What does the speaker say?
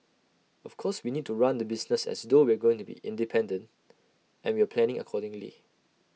of course we need to run the business as though we're going to be independent and we're planning accordingly